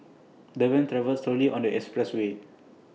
the van travelled slowly on the expressway